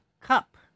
cup